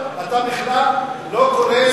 אתה בכלל לא קורא,